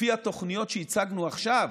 לפי התוכניות שהצגנו עכשיו,